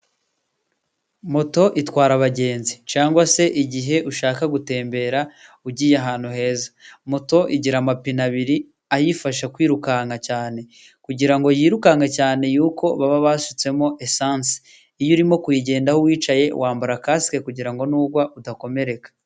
Moto itwara abagenzi. Cyangwa se igihe ushaka gutembera ugiye ahantu heza. Moto igira amapine abiri ayifasha kwirukanka cyane. Kugira ngo yirukanke cyane yuko baba basutsemo esanse. Iyo urimo kuyigendaho wicaye, wambara kasike kugira ngo nugwa udakomereka.